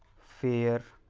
fair